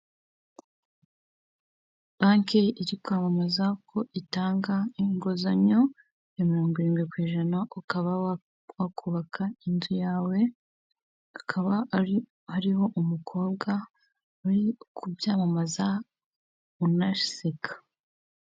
Banki iri kwamamaza ko itanga inguzanyo ya mirongo irindwi ku ijana, ukaba wakubaka inzu yawe, akaba ari, hariho umukobwa uri kubyamamaza unaseka.